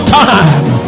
time